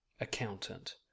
Accountant